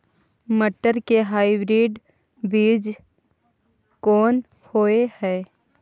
मटर के हाइब्रिड बीज कोन होय है?